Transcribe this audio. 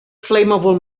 flammable